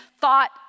thought